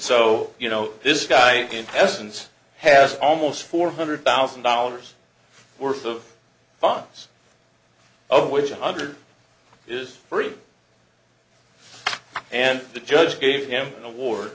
so you know this guy in essence has almost four hundred thousand dollars worth of bonds of which a hundred is free and the judge gave him an awar